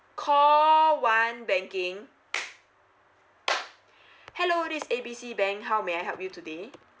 call one banking hello this is A B C bank how may I help you today